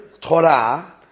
Torah